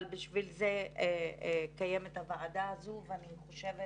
אבל בשביל זה קיימת הוועדה הזו ואני חושבת